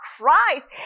Christ